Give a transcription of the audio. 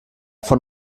von